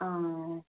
हां